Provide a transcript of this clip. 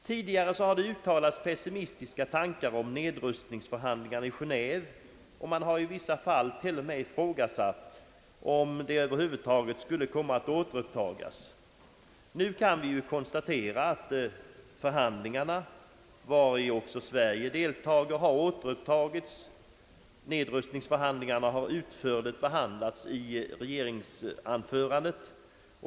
Tidigare hade uttalats pessimistiska tankar om nedrustningsförhandlingarna i Genéve, och man har i vissa fall t.o.m., ifrågasatt, om de över huvud taget skulle komma att återupptas. Nu kan vi konstatera att förhandlingarna — i vilka även Sverige deltar — har 'återupptagits. Nedrustningsförhandlingarna har utförligt behandlats i regerings anförandet.